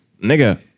Nigga